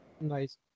Nice